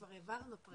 כבר העברנו אותה.